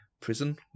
prison